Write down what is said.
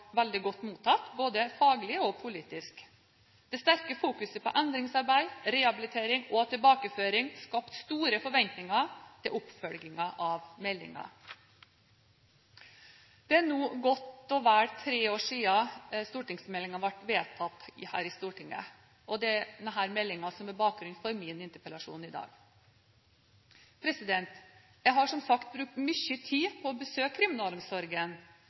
veldig godt mottatt, både faglig og politisk. Det sterke fokuset på endringsarbeid, rehabilitering og tilbakeføring skapte store forventninger til oppfølgingen av meldingen. Det er nå godt og vel tre år siden stortingsmeldingen ble behandlet i Stortinget. Det er denne meldingen som er bakgrunnen for min interpellasjon i dag. Jeg har som sagt brukt mye tid på å besøke kriminalomsorgen. Det jeg har sett og hørt, er rett og slett imponerende. De ansatte i kriminalomsorgen